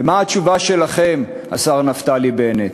ומה התשובה שלכם, השר נפתלי בנט?